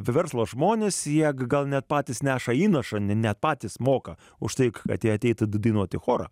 verslo žmonės jie gal net patys neša įnašą net patys moka už tai kad jie ateitų dainuot į chorą